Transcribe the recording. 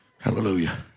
Hallelujah